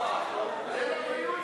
מסדר-היום